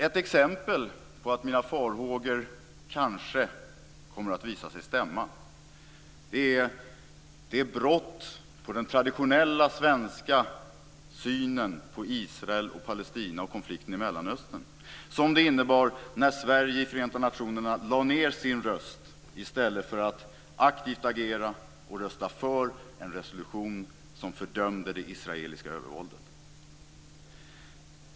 Ett exempel på att mina farhågor kanske kommer att visa sig stämma är det brott på den traditionella svenska synen på Israel och Palestina och konflikten i Mellanöstern som det innebar när Sverige i Förenta Nationerna lade ned sin röst i stället för att aktivt agera och rösta för en resolution som fördömde det israeliska övervåldet.